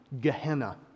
Gehenna